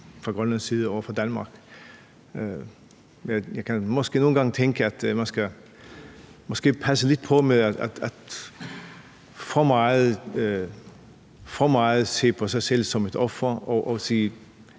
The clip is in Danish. fra Grønlands side over for Danmark. Jeg kan måske nogle gange tænke, at man skal passe lidt på med at se for meget på sig selv som et offer, men sige: